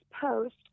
post